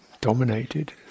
dominated